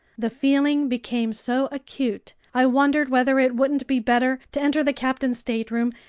the feeling became so acute, i wondered whether it wouldn't be better to enter the captain's stateroom,